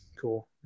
cool